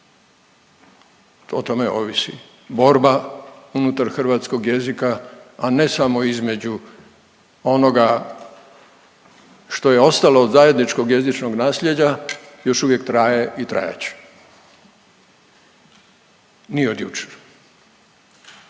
O tome ovisi borba unutar hrvatskog jezika, a ne samo između onoga što je ostalo od zajedničkog jezičnog nasljeđa, još uvijek traje i trajat će. Nije od jučer.